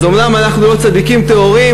אז אומנם אנחנו לא צדיקים טהורים,